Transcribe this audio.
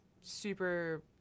super